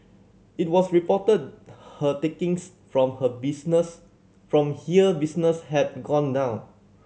it was reported her takings from her business from here business had gone down